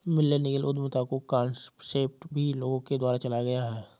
millennial उद्यमिता का concept भी लोगों के द्वारा चलाया गया है